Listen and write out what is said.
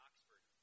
Oxford